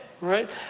right